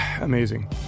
Amazing